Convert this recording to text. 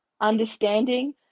understanding